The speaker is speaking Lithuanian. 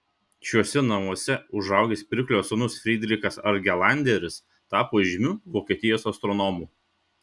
šiuose namuose užaugęs pirklio sūnus frydrichas argelanderis tapo žymiu vokietijos astronomu